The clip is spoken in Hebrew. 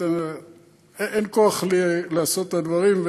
אין כוח לעשות את הדברים,